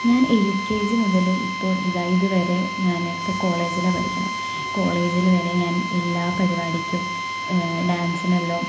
ഞാൻ L K G മുതൽ ഇപ്പോൾ ഇതാ ഇതുവരെ ഞാൻ ഇപ്പോൾ കോളേജിലാണ് പഠിക്കണെ കോളേജിൽ വരെ ഞാൻ എല്ലാ പരിപാടിക്കും ഡാൻസിനെല്ലാം